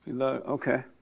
Okay